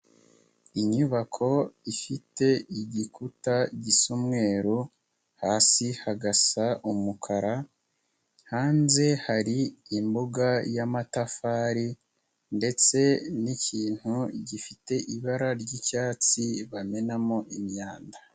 Inyubako ifite igikuta gisa umweru, hasi hagasa umukara hanze hari imbuga y'amatafari ndetse n'ikintu gifite ibara ry'icyatsi bamenamo imyanda.